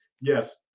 Yes